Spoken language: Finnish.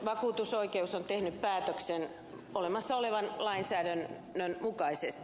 vakuutusoikeus on tehnyt päätöksen olemassa olevan lainsäädännön mukaisesti